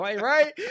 right